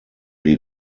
die